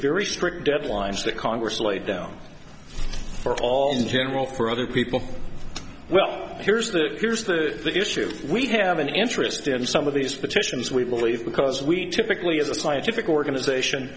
very strict deadlines that congress laid down for all in general for other people well here's the here's the issue we have an interest in some of these petitions we believe because we typically as a scientific organization